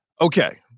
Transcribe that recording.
Okay